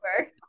over